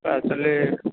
actually